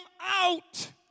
out